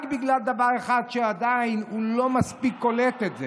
רק בגלל דבר אחד, שהוא עדיין לא מספיק קולט את זה.